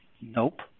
Nope